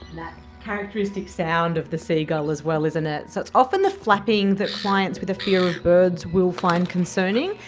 that characteristic sound of the seagull as well, isn't it. so it's often the flapping that clients with a fear of birds will find concerning,